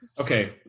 Okay